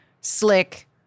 slick